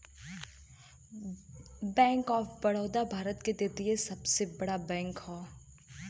bank of Baroda Bharat के तीसरा सबसे बड़ा बैंक हौ